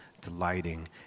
delighting